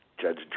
Judge